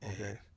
okay